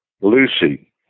Lucy